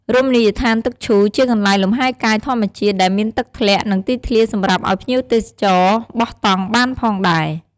រមណីយដ្ឋានទឹកឈូ ជាកន្លែងលំហែកាយធម្មជាតិដែលមានទឹកធ្លាក់ និងទីធ្លាសម្រាប់អោយភ្ញៀវទេចរបោះតង់បានផងដែរ។